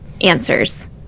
answers